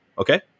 Okay